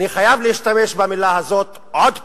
אני חייב להשתמש במלה הזאת עוד פעם,